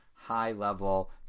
high-level